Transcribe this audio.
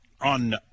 on